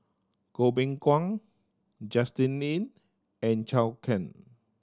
Goh Beng Kwan Justin Lean and Zhou Can